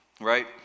right